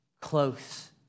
close